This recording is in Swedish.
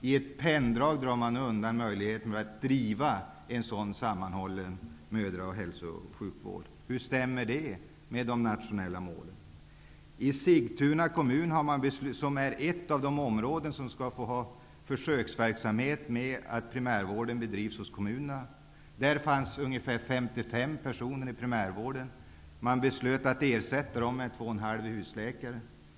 I ett penndrag drar man nu undan möjligheterna att bedriva en sam manhållen mödravårds och hälso och sjukvård. 55 personer anställda inom primärvården. Man beslöt att ersätta dessa med 2,5 husläkare.